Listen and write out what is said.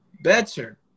better